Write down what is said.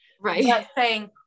right